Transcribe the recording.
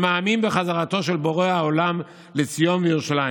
שמאמין בחזרתו של בורא העולם לציון וירושלים.